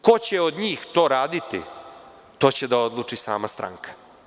Ko će od njih to raditi, to će da odluči sama stranka.